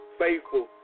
faithful